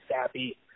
sappy